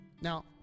Now